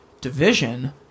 division